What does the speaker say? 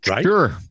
Sure